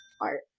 art